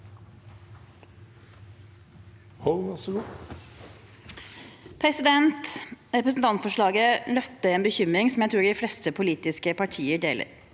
Representantfor- slaget løfter en bekymring som jeg tror de fleste politiske partier deler.